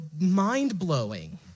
mind-blowing